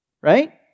Right